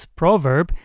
proverb